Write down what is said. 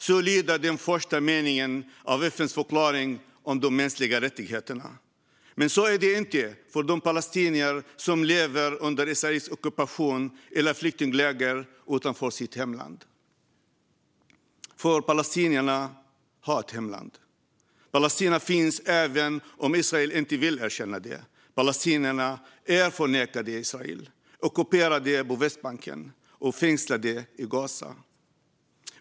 Så lyder den första meningen i FN:s allmänna förklaring om de mänskliga rättigheterna. Men så är det inte för de palestinier som lever under israelisk ockupation eller i flyktingläger utanför sitt hemland. Palestinierna har nämligen ett hemland. Palestina finns även om Israel inte vill erkänna det. Palestinierna är förnekade i Israel, ockuperade på Västbanken och fängslade i Gaza.